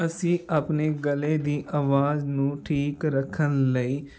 ਅਸੀਂ ਆਪਣੇ ਗਲੇ ਦੀ ਆਵਾਜ਼ ਨੂੰ ਠੀਕ ਰੱਖਣ ਲਈ